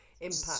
impact